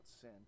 sin